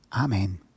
Amen